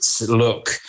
look